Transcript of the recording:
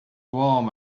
warm